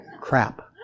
Crap